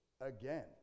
again